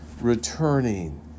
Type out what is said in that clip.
returning